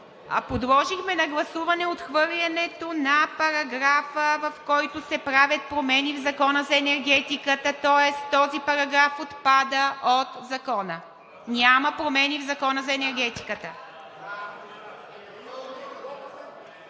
Подложихме на гласуване отхвърлянето на параграфа, в която се правят промени в Закона за енергетиката, тоест този параграф отпада от Закона. Няма промени в Закона за енергетиката.